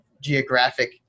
geographic